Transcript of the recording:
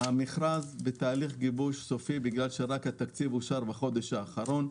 המכרז בתהליך גיבוש סופי בגלל שהתקציב אושר רק בחודש האחרון.